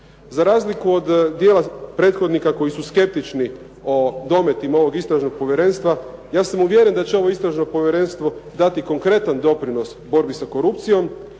Za razliku od dijela prethodnika koji su skeptični o dometima ovog istražnog povjerenstva, ja sam uvjeren da će ovo istražno povjerenstvo dati konkretan doprinos borbi sa korupcijom